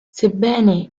sebbene